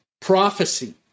prophecy